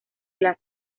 las